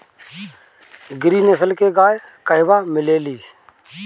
गिरी नस्ल के गाय कहवा मिले लि?